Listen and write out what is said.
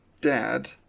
dad